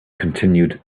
continued